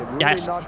Yes